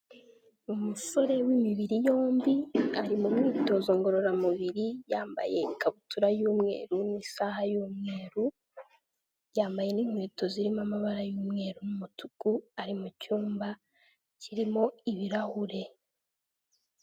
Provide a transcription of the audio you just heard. Umusore w'imibiri yombi ari mu myitozo ngororamubiri yambaye ikabutura y'umweru n'isaha y'umweru, yambaye n'inkweto zirimo amabara y'umweru n'umutuku, ari mu cyumba kirimo ibirahure.